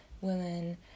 women